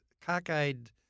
cockeyed